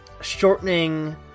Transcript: shortening